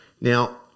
Now